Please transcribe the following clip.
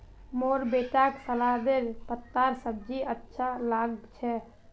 मोर बेटाक सलादेर पत्तार सब्जी अच्छा लाग छ